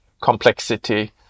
complexity